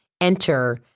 enter